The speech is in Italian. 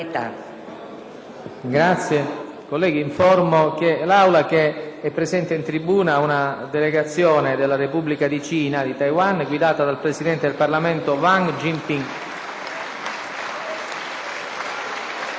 Onorevoli colleghi, informo l'Aula che è presente in tribuna una delegazione della Repubblica di Cina (Taiwan), guidata dal presidente del Parlamento Wang Jin-Pyng.